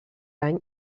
any